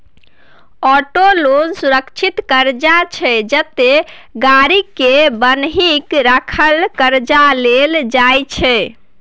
auto loan सुरक्षित करजा छै जतय गाड़ीए केँ बन्हकी राखि करजा लेल जाइ छै